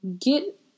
get